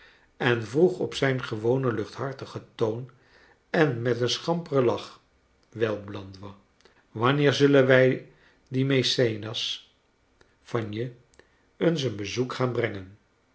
en vroeg op zijn gewonen luchthartigen toon en met een schamperen lach wel blandois wanneer zullen wij dien maecenas van je eens een bezoek gaan brengen